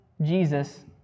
Jesus